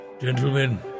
gentlemen